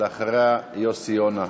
אחריה, יוסי יונה.